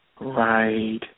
Right